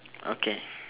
okay